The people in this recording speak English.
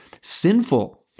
sinful